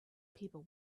people